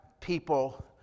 people